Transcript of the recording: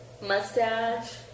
mustache